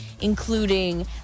including